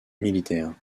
militaire